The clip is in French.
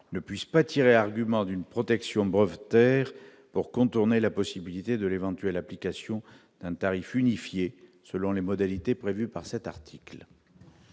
ne puisse pas tirer argument d'une protection de breveter pour contourner la possibilité de l'éventuelle application un tarif unifié selon les modalités prévues par cet article.